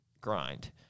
grind